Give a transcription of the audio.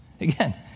Again